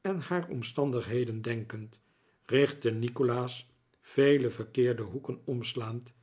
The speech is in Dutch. en haar omstandigheden denkend richtte nikolaas vele verkeerde hoeken omslaand